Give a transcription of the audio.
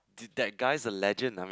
did that guy the legend I mean